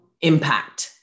impact